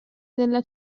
della